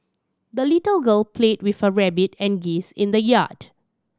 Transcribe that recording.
the little girl played with her rabbit and geese in the yard